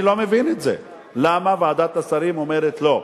אני לא מבין את זה, למה ועדת השרים אומרת לא?